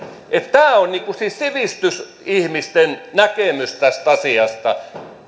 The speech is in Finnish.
tämä on siis sivistysihmisten näkemys tästä asiasta